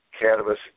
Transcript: cannabis